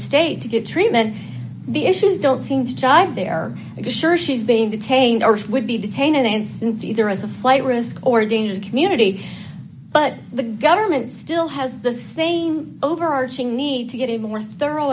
state to get treatment the issues don't seem to jive there because sure she's being detained or would be detained in an instance either as a flight risk or danger community but the government still has the same overarching need to get a more thorough